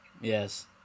Yes